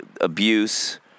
abuse